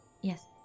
Yes